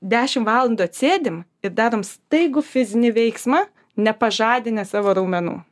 dešimt valandų atsėdi m ir darom staigų fizinį veiksmą nepažadinę savo raumenų